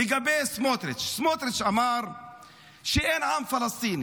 לגבי סמוטריץ' סמוטריץ' אמר שאין עם פלסטיני.